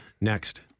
next